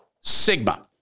sigma